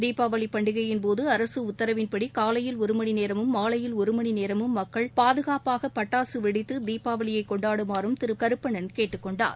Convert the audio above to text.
தீபாவளி பண்டிகையின் போது அரசு உத்தரவின்படி காலையில் ஒரு மணி நேரமும் மாலையில் ஒரு மணி நேரமும் மக்கள் பாதுகாப்பாக பட்டாக வெடித்து தீபாவளியை கொண்டாடுமாறும் திரு கருப்பணன் கேட்டுக்கொண்டார்